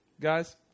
Guys